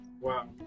wow